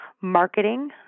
marketing